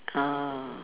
ah